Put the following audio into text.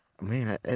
Man